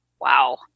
wow